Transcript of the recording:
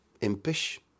impish